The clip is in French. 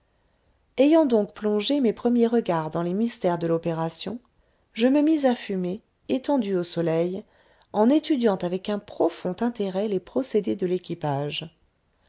ayant donc plongé mes premiers regards dans les mystères de l'opération je me mis à fumer étendu au soleil en étudiant avec un profond intérêt les procédés de l'équipage